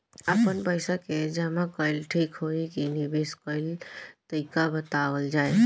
आपन पइसा के जमा कइल ठीक होई की निवेस कइल तइका बतावल जाई?